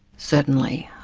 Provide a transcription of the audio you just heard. certainly,